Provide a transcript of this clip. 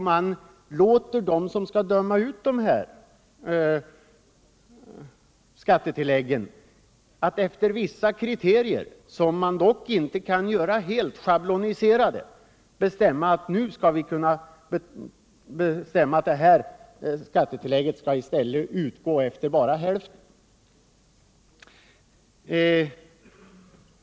Man låter då den som skall döma ut skattetilläggen efter vissa kriterier — som man dock inte kan göra helt schabloniserade - bestämma att de här skattetilläggen i stället bara skall utgå till hälften.